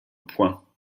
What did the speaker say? point